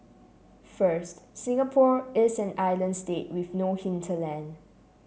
first Singapore is an island state with no hinterland